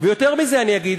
ויותר מזה אני אגיד,